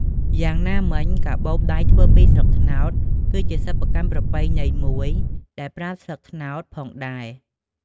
យ៉ាងណាមិញ ការបូបដៃធ្វើពីស្លឹកត្នោត គឺជាសិប្បកម្មប្រពៃណីមួយដែលប្រើស្លឹកត្នោតផងដែរ។